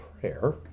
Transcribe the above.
prayer